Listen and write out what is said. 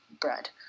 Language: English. bread